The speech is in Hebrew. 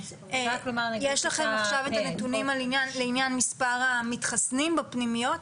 יש לכם עכשיו את הנתונים לעניין מספר המתחסנים בפנימיות,